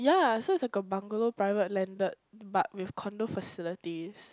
ya so it's like a bungalow private landed but with condo facilities